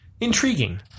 intriguing